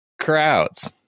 crowds